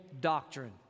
doctrine